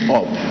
up